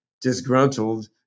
disgruntled